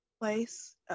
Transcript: place